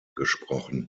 gesprochen